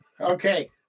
Okay